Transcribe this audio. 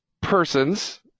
persons